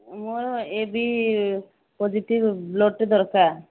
ମୋର A B positive ବ୍ଳଡ଼୍ଟେ ଦରକାର